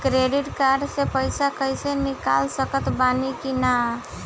Credit card से पईसा cash निकाल सकत बानी की ना?